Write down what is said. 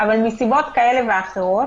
אבל מסיבות כאלה ואחרות